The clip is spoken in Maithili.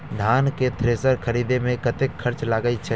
धान केँ थ्रेसर खरीदे मे कतेक खर्च लगय छैय?